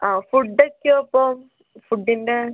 ആ ഫുഡ്ഡ് ഒക്കെയോ അപ്പം ഫുഡിൻ്റെ